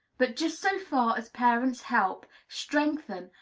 but just so far as parents help, strengthen,